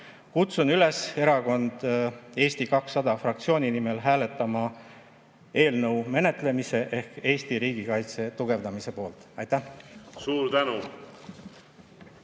Kutsun üles erakonna Eesti 200 fraktsiooni nimel hääletama eelnõu menetlemise ehk Eesti riigikaitse tugevdamise poolt! Aitäh! … ja